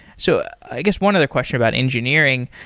so i guess one other question about engineering,